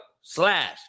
slash